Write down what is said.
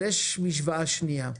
אבל יש משוואה שנייה.